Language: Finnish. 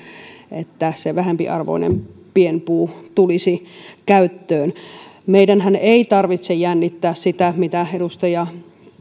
että vähempiarvoinen pienpuu tulisi käyttöön meidänhän ei tarvitse jännittää sitä mistä edustaja